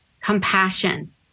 compassion